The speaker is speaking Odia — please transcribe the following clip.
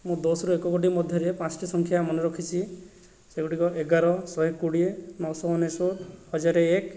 ମୁଁ ଦଶରୁ ଏକ ଗୋଟି ମଧ୍ୟରେ ପାଞ୍ଚ୍ଟି ସଂଖ୍ୟା ମନେ ରଖିସି ସେଗୁଡ଼ିକ ଏଗାର ଶହେ କୋଡ଼ିଏ ନଅଶହ ଅନେଶ୍ଵତ ହଜାର ଏକ